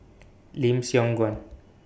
Lim Siong Guan